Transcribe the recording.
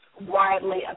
widely